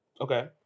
Okay